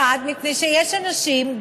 1. מפני שיש אנשים,